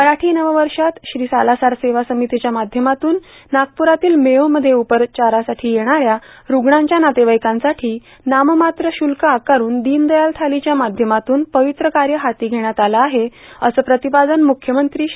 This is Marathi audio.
मराठी नववर्षात श्री सालासर सेवा समितीच्या माध्यमातून नागपूरातील मेयोमध्ये उपचारासाठी येणाऱ्या रूग्णांच्या नातेवाईकांसाठी नाममात्र शुल्क आकारून दिनदयाल थालीच्या माध्यमातून पवित्र कार्य हाती घेण्यात आलं आहे असं प्रतिपादन मुख्यमंत्री श्री